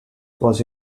was